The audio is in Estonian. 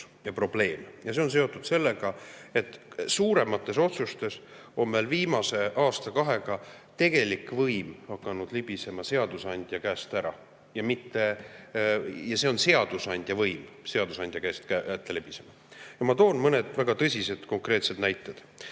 See on seotud sellega, et suuremates otsustes on meil viimase aasta-kahega tegelik võim hakanud libisema seadusandja käest ära – see on seadusandja võim, mis seadusandja käest libiseb. Ma toon mõned väga tõsised, konkreetsed näited.